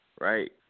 right